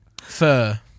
Fur